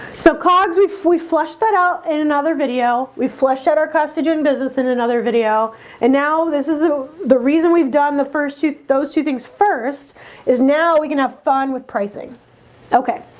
so cogs we flushed that out in another video we flushed out our costigan business in another video and now this is the the reason we've done the first shoot those two things. first is now we can have fun with pricing okay,